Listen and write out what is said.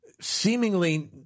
seemingly